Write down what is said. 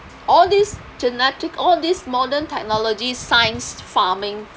all this genetic all these modern technology science farming